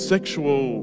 Sexual